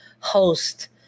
host